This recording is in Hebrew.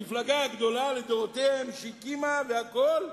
המפלגה הגדולה לדורותיה שהקימה והכול,